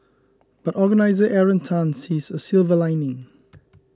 but organiser Aaron Tan sees a silver lining